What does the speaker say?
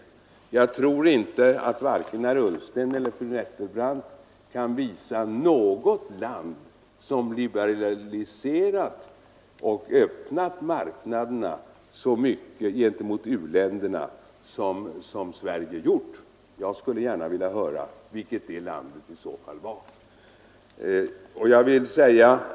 Jag tror varken herr Ullsten eller fru Nettelbrandt kan visa på något land som har liberaliserat och öppnat marknadena så mycket gentemot u-länderna som Sverige har gjort. Jag skulle i så fall gärna vilja veta vilket det landet är.